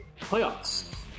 playoffs